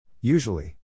Usually